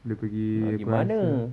nak pergi mana